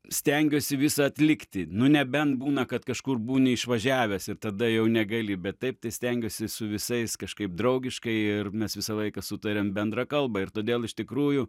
stengiuosi visą atlikti nu nebent būna kad kažkur būni išvažiavęs ir tada jau negali bet taip tai stengiuosi su visais kažkaip draugiškai ir mes visą laiką sutariam bendrą kalbą ir todėl iš tikrųjų